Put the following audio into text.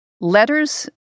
letters